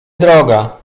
droga